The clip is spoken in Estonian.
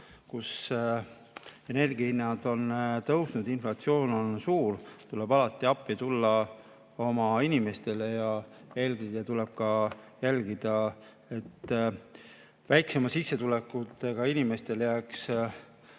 kus energiahinnad on tõusnud, inflatsioon on suur. Tuleb alati appi tulla oma inimestele ja eelkõige tuleb ka jälgida, et väiksema sissetulekuga inimestel jääks